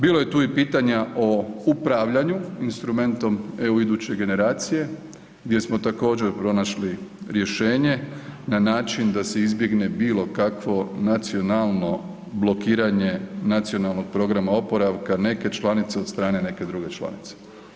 Bilo je tu i pitanja o upravljanju, instrumentom iduće generacije gdje smo također, pronašli rješenje na način da se izbjegne bilo kakvo nacionalno blokiranje nacionalnog programa oporavka neke članice od strane neke druge članice.